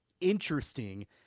interesting